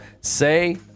say